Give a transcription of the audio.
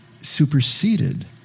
superseded